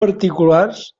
particulars